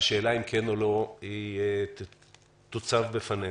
והשאלה אם כן או לא תוצב בפנינו.